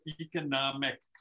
economic